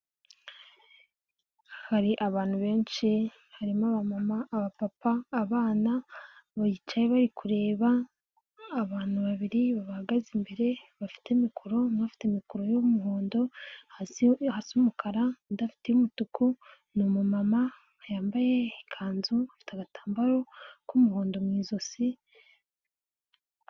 Hari abantu benshi, harimo aba mama, aba papa, abana bicaye bari kureba, abantu babiri babahagaze imbere, bafite mikoro, umwe afite mikoro y'umuhondo hasi umukara, undi afite iy'umutuku ni umu mama, yambaye ikanzu ifite agatambaro k'umuhondo mu ijosi.